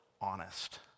honest